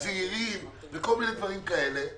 צעירים וכל מיני דברים כאלה.